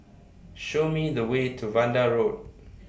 Show Me The Way to Vanda Road